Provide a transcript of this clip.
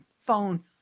phone